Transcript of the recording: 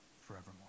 forevermore